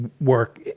work